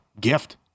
Gift